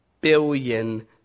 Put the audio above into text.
billion